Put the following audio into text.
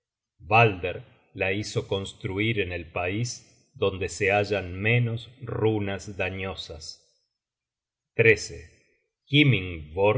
balder la hizo construir en el pais donde se hallan menos runas dañosas himmingborg es